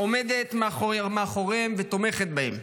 עומדת מאחוריהם ותומכת בהם.